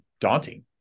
daunting